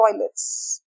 toilets